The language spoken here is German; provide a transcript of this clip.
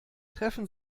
treffen